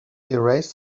erased